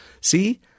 See